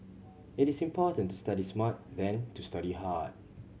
it is important to study smart than to study hard